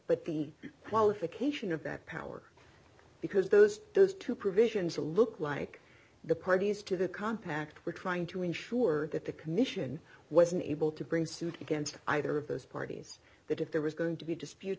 but the qualification of that power because those those two provisions a look like the parties to the compact were trying to ensure that the commission wasn't able to bring suit against either of those parties that if there was going to be dispute